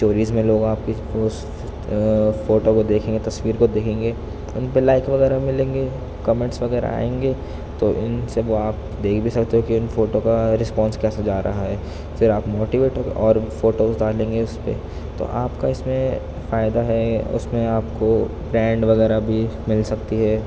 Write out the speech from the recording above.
stories میں لوگ آپ کی اس فوٹو کو دیکھیں گے تصویر کو دیکھیں گے ان پہ لائک وغیرہ ملیں گے کمینٹس وغیرہ آئیں گے تو ان سب کو آپ دیکھ بھی سکتے ہو کہ ان فوٹو کا رسپانس کیسا جا رہا ہے پھر آپ موٹیویٹ ہو کے اور بھی فوٹوز ڈالیں گے اس پہ تو آپ کا اس میں فائدہ ہے اس میں آپ کو بینڈ وغیرہ بھی مل سکتی